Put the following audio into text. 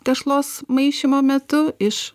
tešlos maišymo metu iš